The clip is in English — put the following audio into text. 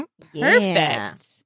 Perfect